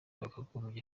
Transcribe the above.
wakagombye